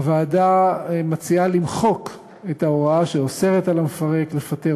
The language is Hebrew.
הוועדה מציעה למחוק את ההוראה שאוסרת על המפרק לפטר